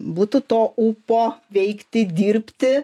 būtų to ūpo veikti dirbti